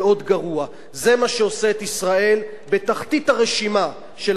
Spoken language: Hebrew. זה מה ששם את ישראל בתחתית הרשימה של המדינות המפותחות